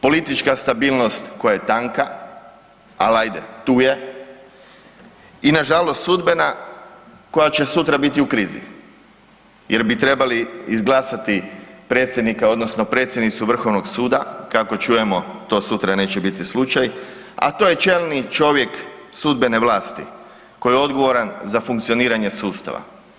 Politička stabilnost koja je tanka, ali ajde, tu je i nažalost sudbena koja će sutra biti u krizi jer bi trebali izglasati predsjednika odnosno predsjednicu Vrhovnog suda, kako čujemo to sutra neće biti slučaj, a to je čelni čovjek sudbene vlasti koji je odgovoran za funkcioniranje sudstva.